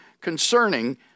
concerning